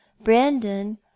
Brandon